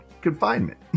confinement